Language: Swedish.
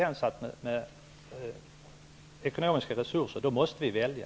Men när de ekonomiska resurserna är begränsade måste vi välja.